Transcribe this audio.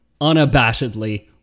unabashedly